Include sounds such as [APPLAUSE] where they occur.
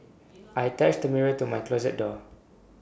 [NOISE] I attached the mirror to my closet door